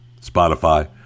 Spotify